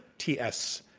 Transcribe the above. t s,